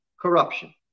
corruption